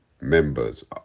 members